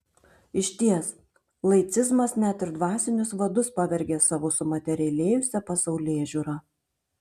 išties laicizmas net ir dvasinius vadus pavergia savo sumaterialėjusia pasaulėžiūra